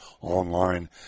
online